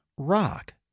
rock